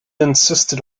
insisted